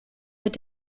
mit